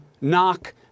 knock